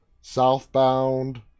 Southbound